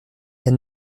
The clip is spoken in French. elle